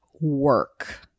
work